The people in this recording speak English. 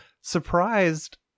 surprised